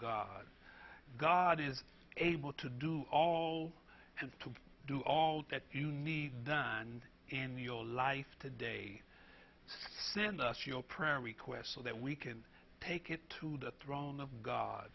god god is able to do all and to do all that you need done in your life today send us your prayer requests so that we can take it to the throne